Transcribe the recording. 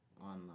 online